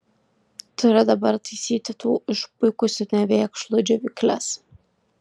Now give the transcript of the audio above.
turiu dabar taisyti tų išpuikusių nevėkšlų džiovykles